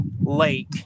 Lake